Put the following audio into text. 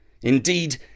Indeed